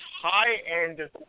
high-end